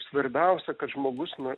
svarbiausia kad žmogus na